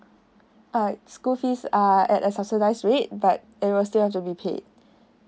uh school fees are at a subsidised rate but it will still have to be paid